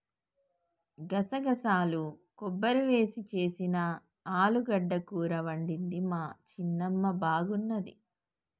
గసగసాలు కొబ్బరి వేసి చేసిన ఆలుగడ్డ కూర వండింది మా చిన్నమ్మ బాగున్నది